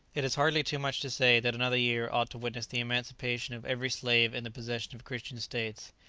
it is hardly too much to say that another year ought to witness the emancipation of every slave in the possession of christian states.